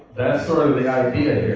that's sort of the idea